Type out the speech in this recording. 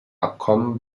abkommen